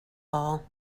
all